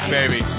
baby